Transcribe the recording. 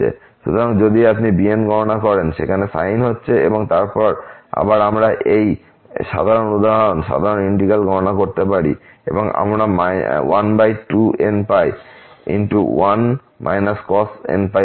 সুতরাং যদি আপনি bn গণনা করেন সেখানে sin হচ্ছে এবং তারপর আবার আমরা এই সাধারণ উদাহরণ সাধারণ ইন্টিগ্র্যাল গণনা করতে পারি এবং আমরা 12nπ1 cos nπ পাব